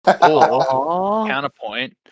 Counterpoint